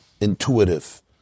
intuitive